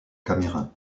caméra